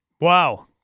wow